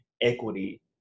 equity